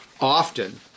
often